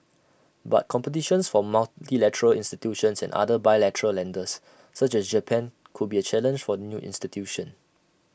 but competitions from multilateral institutions and other bilateral lenders such as Japan could be A challenge for the new institution